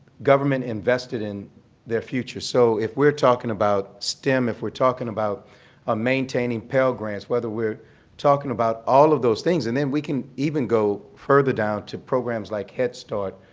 government invested in their future. so if we're talking about stem, if we're talking about ah maintaining pell grants, whether we're talking about all of those things, and then we can even go further down to programs like head start,